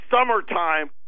summertime